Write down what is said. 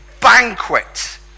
banquet